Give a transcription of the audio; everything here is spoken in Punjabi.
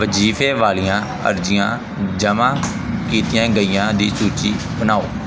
ਵਜੀਫ਼ੇ ਵਾਲੀਆਂ ਅਰਜ਼ੀਆਂ ਜਮ੍ਹਾਂ ਕੀਤੀਆਂ ਗਈਆਂ ਦੀ ਸੂਚੀ ਬਣਾਓ